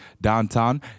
downtown